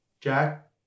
Jack